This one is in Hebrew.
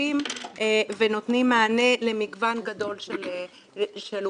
ענפים ונותנים מענה למגוון גדול של אוכלוסייה.